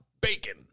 Bacon